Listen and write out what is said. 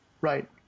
Right